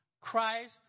Christ